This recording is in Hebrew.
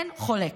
אין חולק.